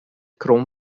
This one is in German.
chrome